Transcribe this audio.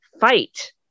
fight